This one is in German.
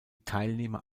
teilnehmer